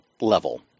level